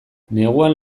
neguan